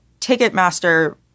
Ticketmaster